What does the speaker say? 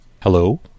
Hello